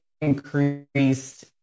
increased